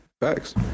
Facts